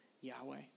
Yahweh